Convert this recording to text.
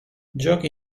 gioca